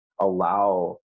allow